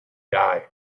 die